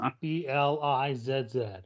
B-L-I-Z-Z